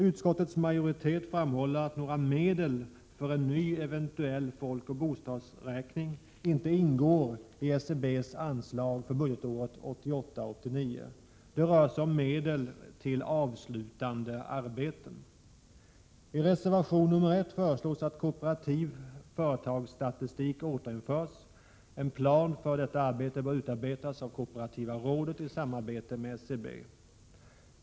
Utskottets majoritet framhåller att några medel för en ny eventuell folkoch bostadsräkning inte ingår i SCB:s anslag för budgetåret 1988/89. Det rör sig alltså om medel till avslutande arbeten. I reservation nr 1 föreslås att kooperativ företagsstatistik återinförs. En plan för detta arbete bör utarbetas av kooperativa rådet i samarbete med SCB.